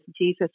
Jesus